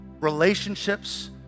relationships